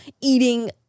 eating